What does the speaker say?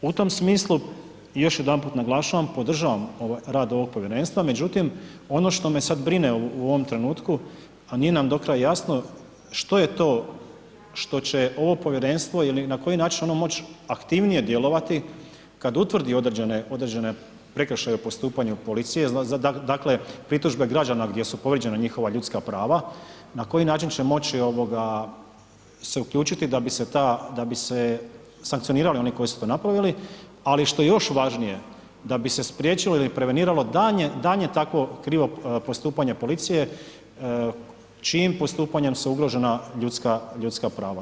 U tom smislu još jedanput naglašavam rad ovog povjerenstva, međutim ono što me sad brine u ovom trenutku, a nije nam do kraja jasno što je to što će ovo povjerenstvo ili na koji način će ono moć aktivnije djelovati kad utvrdi određene prekršaje u postupanju policije, dakle pritužbe građana gdje su povrijeđena njihova ljudska prava, na koji način će moći se uključiti da bi se sankcionirali oni koji su to napravili, ali što je još važnije da bi se spriječilo ili preveniralo daljnje takvo krivo postupanje policije čijim postupanjem su ugrožena ljudska prava.